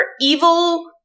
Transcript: evil